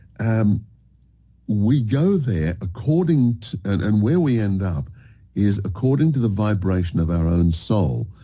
um we go there according to, and and where we end up is according to the vibration of our own soul.